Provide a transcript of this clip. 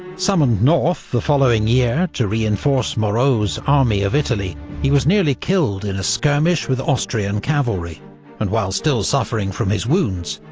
summoned north the following year to reinforce moreau's army of italy, he was nearly killed in a skirmish with austrian cavalry and while still suffering from his wounds,